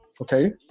okay